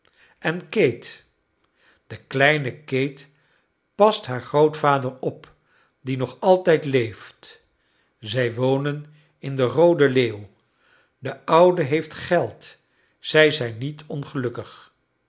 en kate de kleine kate past haar grootvader op die nog altijd leeft zij wonen in de roode leeuw de oude heeft geld zij zijn niet ongelukkig